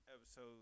episode